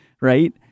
right